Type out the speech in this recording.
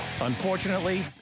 Unfortunately